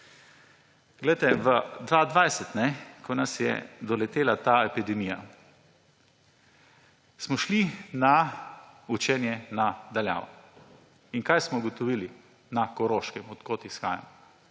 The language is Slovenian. Poglejte, v 2020, ko nas je doletela ta epidemija, smo šli na učenje na daljavo. In kaj smo ugotovili na Koroškem, od koder izhajam?